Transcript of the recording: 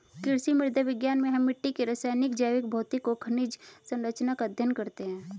कृषि मृदा विज्ञान में हम मिट्टी की रासायनिक, जैविक, भौतिक और खनिज सरंचना का अध्ययन करते हैं